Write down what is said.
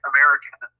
American